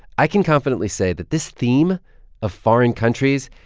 i can confidently say that this theme of foreign countries,